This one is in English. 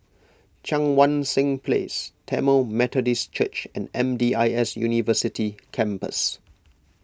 Cheang Wan Seng Place Tamil Methodist Church and M D I S University Campus